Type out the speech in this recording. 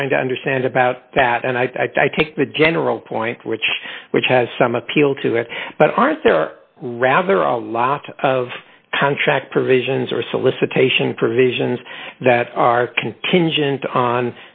i'm trying to understand about that and i take the general point which which has some appeal to it but aren't there are rather a lot of contract provisions or solicitation provisions that are contingent on